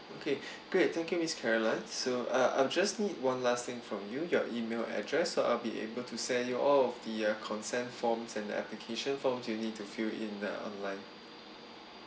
okay great thank you is caroline so uh I'll just need one last thing from you your email address so I'll be able to send you all of the consent forms and the application forms you need to fill in uh online